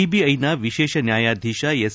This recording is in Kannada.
ಸಿಬಿಐನ ವಿಶೇಷ ನ್ನಾಯಾಧೀತ ಎಸ್